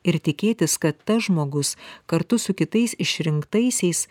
ir tikėtis kad tas žmogus kartu su kitais išrinktaisiais